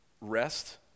rest